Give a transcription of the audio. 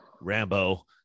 Rambo